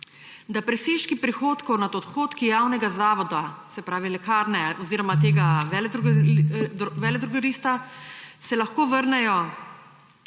presežki prihodkov nad odhodki javnega zavoda, se pravi lekarne oziroma tega veledrogerista, vrnejo